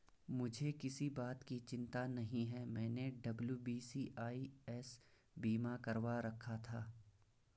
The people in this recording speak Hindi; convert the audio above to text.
मुझे किसी बात की चिंता नहीं है, मैंने डब्ल्यू.बी.सी.आई.एस बीमा करवा रखा था